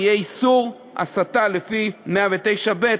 ויחול איסור הסתה לפי סעיף 109(ב),